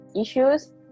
issues